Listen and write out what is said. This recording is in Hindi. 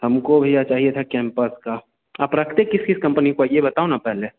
हमको भैया चाहिए था कैंपस का आप रखते किस किस कंपनी को यह बताओ ना पहले